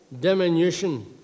diminution